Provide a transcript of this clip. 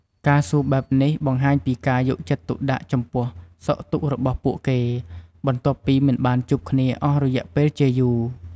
ការសួរបែបនេះ បង្ហាញពីការយកចិត្តទុកដាក់ចំពោះសុខទុក្ខរបស់ពួកគេ បន្ទាប់ពីមិនបានជួបគ្នាអស់រយៈពេលជាយូរ។